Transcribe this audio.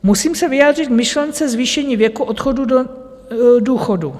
Musím se vyjádřit k myšlence zvýšení věku odchodu do důchodu.